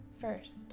first